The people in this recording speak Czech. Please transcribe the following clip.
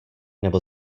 nebo